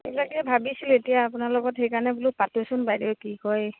এইবিলাকে ভাবিছোঁ এতিয়া আপোনাৰ লগত সেইকাৰণে বোলো পাতোচোন বাইদেউ কি কয়